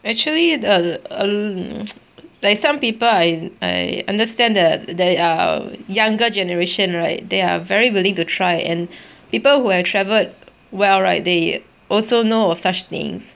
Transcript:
actually the err like some people I I understand that there are younger generation right they are very willing to try and people who have traveled well right they also know of such things